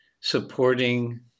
supporting